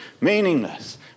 Meaningless